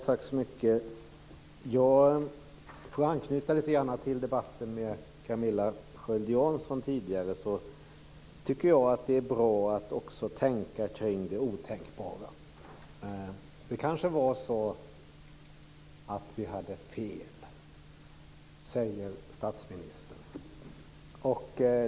Fru talman! Jag vill anknyta lite grann till debatten med Camilla Sköld Jansson tidigare. Jag tycker att det är bra att också tänka kring det otänkbara. Det kanske var så att vi hade fel, säger statsministern.